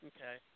Okay